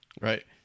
Right